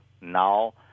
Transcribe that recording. Now